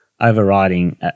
overriding